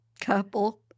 couple